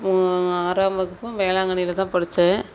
ஆறாம் வகுப்பும் வேளாங்கண்ணியில் தான் படித்தேன்